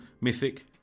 Mythic